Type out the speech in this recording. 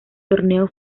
torneo